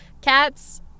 Cats